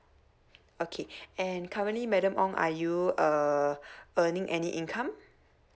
okay and currently madam ong are you uh earning any income